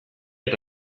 eta